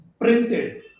printed